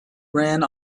ran